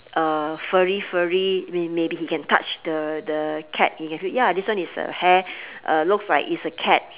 uh furry furry we maybe he can touch the the cat he can feel ya this one is uh hair uh looks like it's a cat